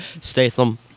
Statham